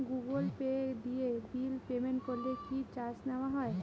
Google Pay দিয়ে bill payment করলে কি চার্জ নেওয়া হয়?